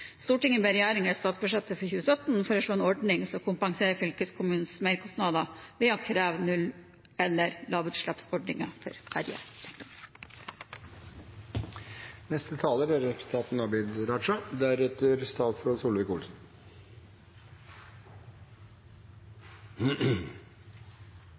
ber regjeringen i statsbudsjettet for 2017 foreslå en ordning som kompenserer fylkeskommunens merkostnader ved å kreve null- og/eller lavutslippsordninger for